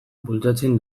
bultzatzen